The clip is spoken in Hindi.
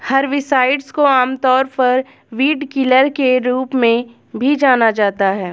हर्बिसाइड्स को आमतौर पर वीडकिलर के रूप में भी जाना जाता है